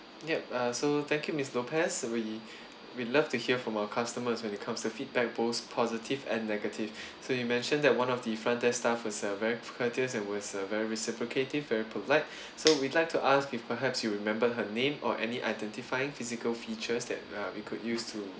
yup uh so thank you miss lopez we we love to hear from our customers when it comes to feedback both positive and negative so you mentioned that one of the front desk staff was a very courteous and was a very reciprocative very polite so we'd like to ask if perhaps you remember her name or any identifying physical features that uh we could use to